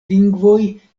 lingvoj